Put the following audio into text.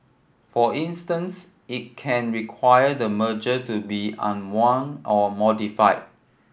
for instance it can require the merger to be unwound or modified